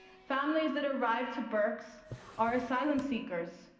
families that arrived to burkes are asylum seekers,